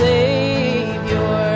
Savior